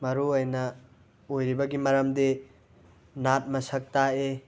ꯃꯔꯨꯑꯣꯏꯅ ꯑꯣꯏꯔꯤꯕꯒꯤ ꯃꯔꯝꯗꯤ ꯅꯥꯠ ꯃꯁꯛ ꯇꯥꯛꯏ